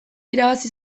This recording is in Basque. irabazi